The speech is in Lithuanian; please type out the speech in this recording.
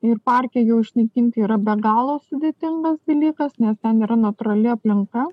ir parke jau išnaikinti yra be galo sudėtingas dalykas nes ten yra natūrali aplinka